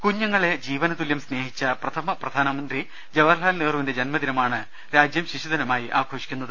കുഞ്ഞുങ്ങളെ ജീവന്തുല്യം സ്നേഹിച്ച പ്രഥമ പ്രധാനമന്ത്രി ജവഹർലാൽ നെഹ്റുവിന്റെ ജന്മദിനമാണ് രാജ്യം ശിശു ദിനമായി ആഘോഷിക്കുന്നത്